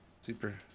super